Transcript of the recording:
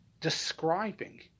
describing